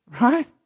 Right